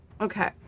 Okay